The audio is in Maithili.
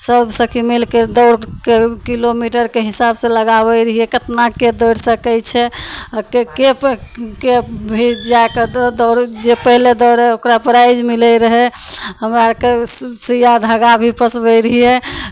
सभ सखी मिलि कऽ दौड़ के किलोमीटरके हिसाबसे लगाबै रहियै कतना के दौइड़ सकै छै के के भी जाके दौड़ जे पहले दौड़य ओकरा प्राइज मिलै रहै हमरा अरके सूइआ धागा भी पसबै रहियै